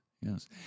yes